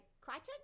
Crichton